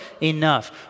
enough